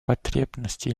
потребности